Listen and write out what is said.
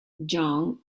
jong